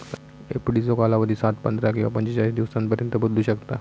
एफडीचो कालावधी सात, पंधरा किंवा पंचेचाळीस दिवसांपर्यंत बदलू शकता